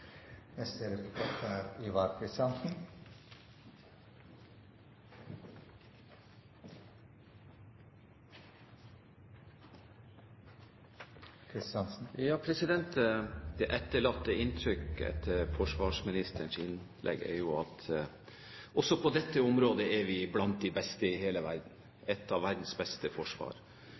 Det inntrykket forsvarsministerens innlegg etterlater, er at også på dette området er vi blant de beste i hele verden – med et av verdens beste forsvar.